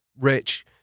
rich